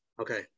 Okay